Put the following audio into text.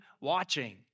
watching